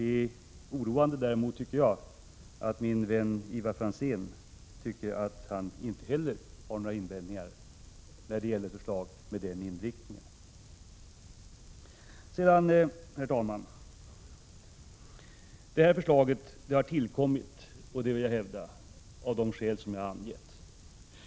Det är däremot oroande, tycker jag, att min vän Ivar Franzén inte heller anser sig ha några invändningar mot förslag med en sådan inriktning. Jag vill hävda, herr talman, att detta förslag har tillkommit av de skäl som jag har angett.